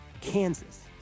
Kansas